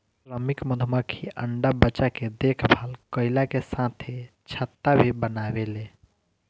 श्रमिक मधुमक्खी अंडा बच्चा के देखभाल कईला के साथे छत्ता भी बनावेले